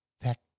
tech